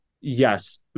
Yes